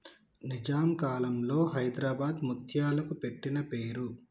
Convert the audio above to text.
నిజాం కాలంలో హైదరాబాద్ ముత్యాలకి పెట్టిన పేరు